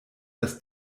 das